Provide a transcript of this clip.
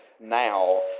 now